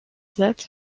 that